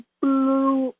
blue